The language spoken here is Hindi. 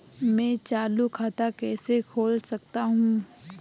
मैं चालू खाता कैसे खोल सकता हूँ?